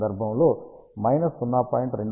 22 గా ఉంటుంది